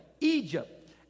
Egypt